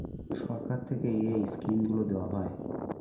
সরকার থেকে এই স্কিমগুলো দেওয়া হয়